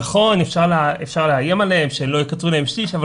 נכון שאפשר לאיים שלא יקצרו להם שליש אבל